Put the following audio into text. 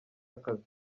akazi